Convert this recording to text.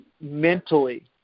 mentally